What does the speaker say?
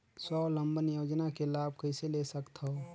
स्वावलंबन योजना के लाभ कइसे ले सकथव?